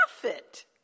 profit